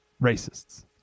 racists